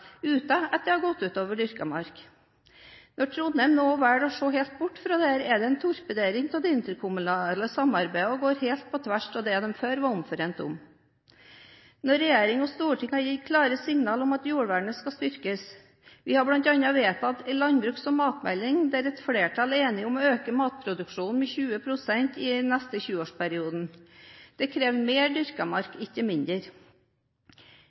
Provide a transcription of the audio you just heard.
uten at det går ut over dyrket mark. Når Trondheim nå velger å se helt bort fra dette, er det en torpedering av det interkommunale samarbeidet og går helt på tvers av det de før var omforent om. Både regjering og storting har gitt klare signal om at jordvernet skal styrkes. Vi har bl.a. vedtatt en landbruks- og matmelding, der et flertall er enige om å øke matproduksjonen med 20 pst. i den neste tjueårsperioden. Det krever mer dyrket mark, ikke mindre.